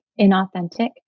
inauthentic